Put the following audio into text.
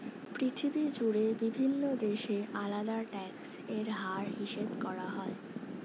পৃথিবী জুড়ে বিভিন্ন দেশে আলাদা ট্যাক্স এর হার হিসাব করা হয়